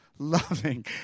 loving